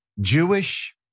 Jewish